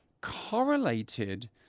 correlated